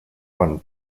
one